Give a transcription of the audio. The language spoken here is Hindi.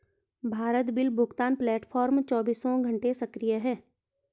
भारत बिल भुगतान प्लेटफॉर्म चौबीसों घंटे सक्रिय है